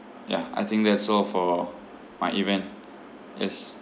yeah I think that's all for my event yes